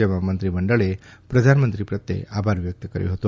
જેમાં મંત્રીમંડળે પ્રધાનમંત્રી પ્રત્યે આભાર વ્યક્ત કર્યો હતો